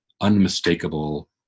unmistakable